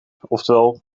oftewel